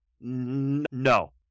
No